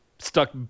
Stuck